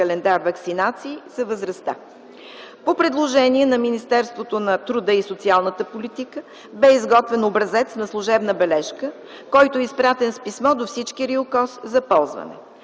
календар ваксинации за възрастта. По предложение на Министерството на труда и социалната политика бе изготвен образец на служебна бележка, който е изпратен с писмо до всички РИОКОЗ за ползване.